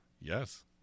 Yes